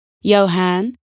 Johan